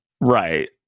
right